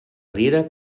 riera